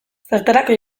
zertarako